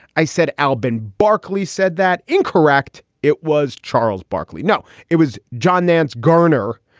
i said albon barkley said that incorrect. it was charles barkley. no, it was john nance garner.